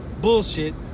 bullshit